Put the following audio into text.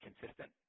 consistent